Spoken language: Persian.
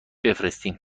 بفرستیم